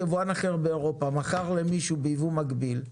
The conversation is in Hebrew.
יבואן אחר באירופה מכר למישהו בייבוא מקביל,